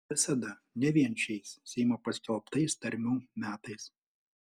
visada ne vien šiais seimo paskelbtais tarmių metais